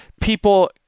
people